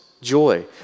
joy